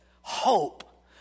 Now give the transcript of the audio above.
hope